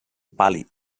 pàl·lid